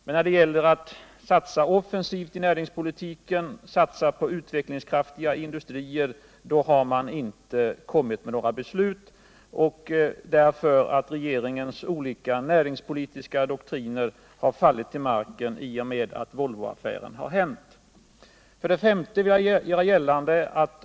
Men när det gäller att satsa offensivt i näringspolitiken, satsa på utvecklingskraftiga industrier, har man inte fattat några beslut. Regeringens olika näringspolitiska doktriner har fallit till marken i och med att Volvoaffären kom till stånd. 5.